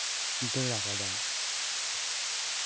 ᱫᱟᱹᱲ ᱟᱠᱟᱫᱟ